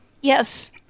Yes